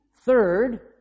Third